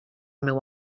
meu